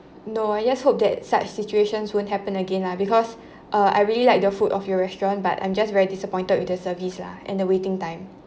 no I just hope that such situations won't happen again lah because uh I really like the food of your restaurant but I'm just very disappointed with the service lah and the waiting time